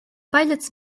pilots